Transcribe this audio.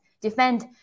defend